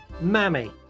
Mammy